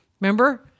Remember